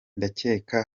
ndakeka